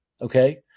Okay